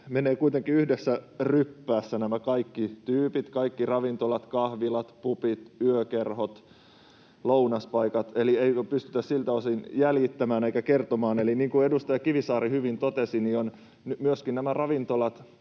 menevät kuitenkin yhdessä ryppäässä nämä kaikki tyypit, kaikki ravintolat, kahvilat, pubit, yökerhot, lounaspaikat, eli ei pystytä siltä osin jäljittämään eikä kertomaan. Niin kuin edustaja Kivisaari hyvin totesi, myöskin nämä ravintolat